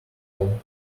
all